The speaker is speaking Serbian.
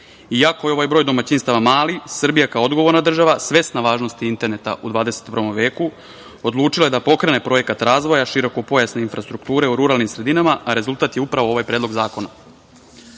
Iako je ovaj broj domaćinstava mali, Srbija kao odgovorna država svesna važnosti interneta u 21. veku odlučila je da pokrene projekat razvoja širokopojasne infrastrukture u ruralnim sredinama, a rezultat je upravo ovaj Predlog zakona. Kolika